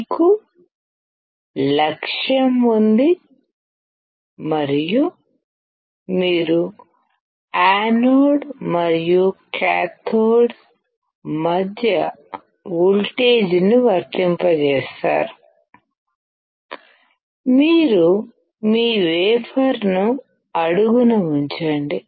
మీకు లక్ష్యం ఉంది మరియు మీరు యానోడ్ మరియు కాథోడ్ మధ్య వోల్టేజ్ను వర్తింపజేస్తారు మీరు మీ వేఫర్ ను అడుగున ఉంచండి